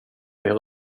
ber